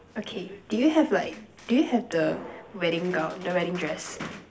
okay do you have like do you have the wedding gown the wedding dress